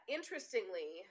Interestingly